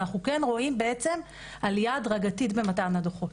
אנחנו כן רואים עלייה הדרגתית במתן הדוחות.